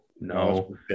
No